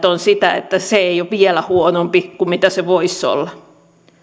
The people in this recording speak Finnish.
on että se ei ole vielä huonompi kuin se voisi olla